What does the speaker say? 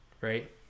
right